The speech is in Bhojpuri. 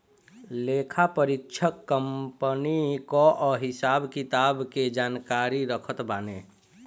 लेखापरीक्षक कंपनी कअ हिसाब किताब के जानकारी रखत बाने